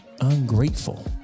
Ungrateful